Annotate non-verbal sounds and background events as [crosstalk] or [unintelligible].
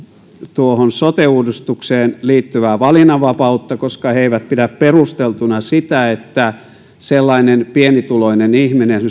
tuohon sote uudistukseen liittyvää valinnanvapautta koska he eivät pidä perusteltuna sitä että sellainen pienituloinen ihminen [unintelligible]